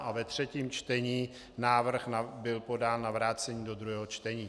A ve třetím čtení návrh byl podán na vrácení do druhého čtení.